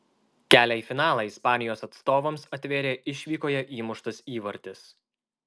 kelią į finalą ispanijos atstovams atvėrė išvykoje įmuštas įvartis